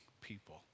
people